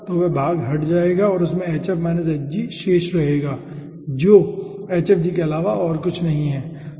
तो वह भाग हट जाएगा और उसमें शेष रहेगा जो के अलावा और कुछ नहीं है ठीक है